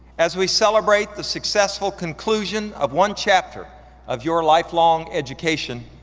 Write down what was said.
as we celebrate the successful conclusion of one chapter of your lifelong education,